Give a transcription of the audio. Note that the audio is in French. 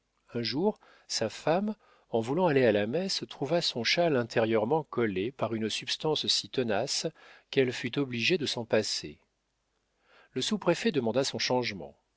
un jour sa femme en voulant aller à la messe trouva son châle intérieurement collé par une substance si tenace qu'elle fut obligée de s'en passer le sous-préfet demanda son changement